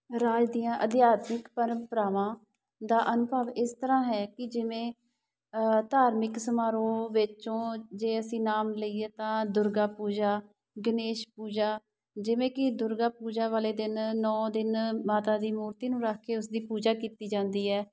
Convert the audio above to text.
ਰਾਜ ਦੀਆਂ ਅਧਿਆਤਮਿਕ ਪਰੰਪਰਾਵਾਂ ਦਾ ਅਨੁਭਵ ਇਸ ਤਰ੍ਹਾਂ ਹੈ ਕਿ ਜਿਵੇਂ ਧਾਰਮਿਕ ਸਮਾਰੋਹ ਵਿੱਚੋਂ ਜੇ ਅਸੀਂ ਨਾਮ ਲਈਏ ਤਾਂ ਦੁਰਗਾ ਪੂਜਾ ਗਣੇਸ਼ ਪੂਜਾ ਜਿਵੇਂ ਕਿ ਦੁਰਗਾ ਪੂਜਾ ਵਾਲੇ ਦਿਨ ਨੌ ਦਿਨ ਮਾਤਾ ਦੀ ਮੂਰਤੀ ਨੂੰ ਰੱਖ ਕੇ ਉਸਦੀ ਪੂਜਾ ਕੀਤੀ ਜਾਂਦੀ ਹੈ